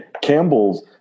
Campbell's